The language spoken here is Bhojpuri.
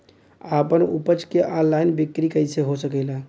आपन उपज क ऑनलाइन बिक्री कइसे हो सकेला?